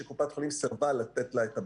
שקופת חולים סירבה לתת לה את הבדיקות,